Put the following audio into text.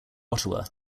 ottawa